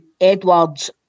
Edward's